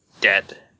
dead